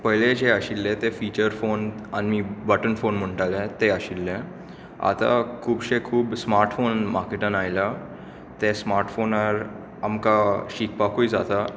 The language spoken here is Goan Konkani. पयलीं जे आशिल्ले ते फिचर फोन आनी बटन फोन म्हणटाले ते आशिल्ले आतां खुबशे खूब स्मार्ट फोन मार्केटांत आयल्या ते स्मार्ट फोनार आमकां शिकपाकूय जाता